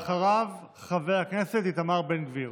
אחריו, חבר הכנסת איתמר בן גביר.